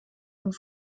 und